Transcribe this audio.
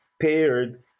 paired